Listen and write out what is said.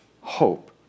hope